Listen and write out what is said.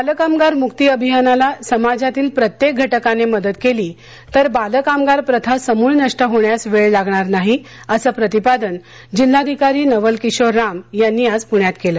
बालकामगार मुक्ती अभियानाला समाजातील प्रत्येक घटकाने मदत केली तर बालकामगार प्रथा समुळ नष्ट होण्यास वेळ लागणार नाही असं प्रतिपादन जिल्हाधिकारी नवल किशोर राम यांनी आज पुण्यात केलं